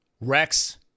Rex